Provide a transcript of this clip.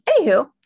anywho